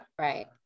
Right